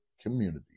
community